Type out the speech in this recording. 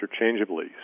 interchangeably